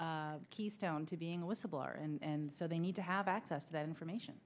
keystone to being a whistleblower and so they need to have access to that information